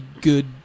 good